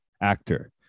actor